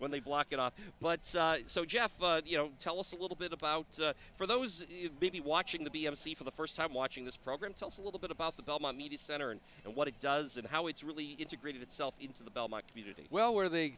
when they block it off but so jeff but you know tell us a little bit about for those be watching the b of c for the first time watching this program tells a little bit about the belmont media center and what it does and how it's really integrated itself into the belmont community well where they